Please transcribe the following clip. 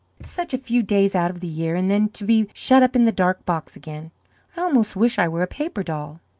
such a few days out of the year and then to be shut up in the dark box again. i almost wish i were a paper doll.